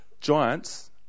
Giants